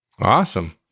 Awesome